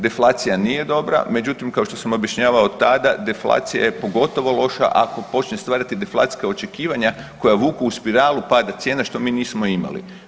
Deflacija nije dobra, međutim kao što sam objašnjavao tada deflacija je pogotovo loša ako počne stvarati deflacijska očekivanja koja vuku u spiralu pada cijena što mi nismo imali.